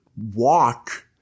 walk